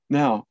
now